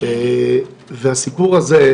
הסיפור הזה,